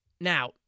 Now